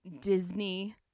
Disney